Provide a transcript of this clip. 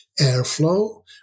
airflow